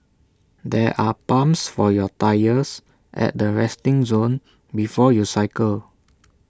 there are pumps for your tyres at the resting zone before you cycle